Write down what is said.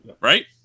right